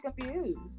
confused